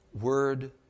Word